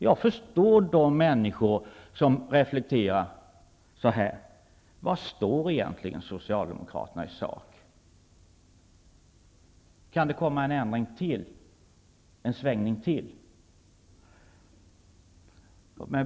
Jag förstår de människor som reflekterar över var Socialdemokraterna egentligen står i sak och om det kan komma ytterligare en ändring, ytterligare en svängning.